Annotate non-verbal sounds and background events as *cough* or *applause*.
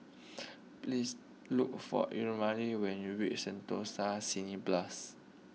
*noise* please look for Elnora when you reach Sentosa Cineblast